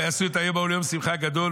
ויעשו את היום ההוא ליום שמחה גדול,